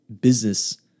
business